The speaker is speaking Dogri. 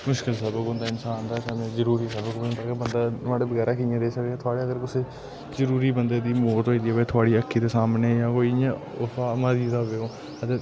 मुश्किल सबक होंदा इंसान दा बंदा नुआड़े वगैर कियां रेई सकदा थुआड़े अगर कुसै जरूरी बंदे दी मौत होंई दी होंवै थुआड़ी आक्खी दे सामने जां कोई इ'यां उस स्हाब दा ते